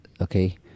okay